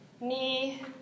Knee